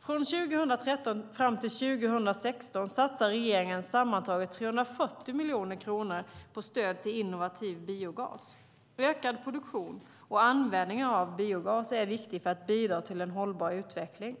Från 2013 fram till 2016 satsar regeringen sammantaget 340 miljoner kronor på stöd till innovativ biogas. Ökad produktion och användning av biogas är viktig för att bidra till en hållbar utveckling.